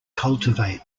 cultivate